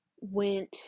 went